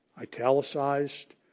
italicized